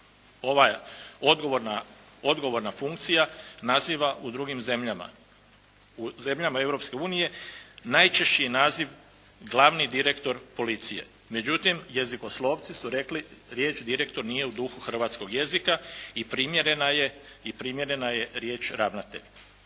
ova odgovorna funkcija naziva u drugim zemljama. U zemljama Europske unije najčešći je naziv glavni direktor policije. Međutim, jezikoslovci su rekli riječ direktor nije u duhu hrvatskog jezika i primjerena je riječ ravnatelj.